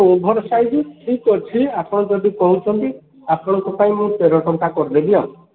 over size ଠିକ୍ ଅଛି ଆପଣ ଯଦି କହୁଛନ୍ତି ଆପଣଙ୍କ ପାଇଁ ମୁଁ ତେର ଟଙ୍କା କରିଦେବି ଆଉ